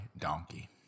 donkey